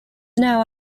now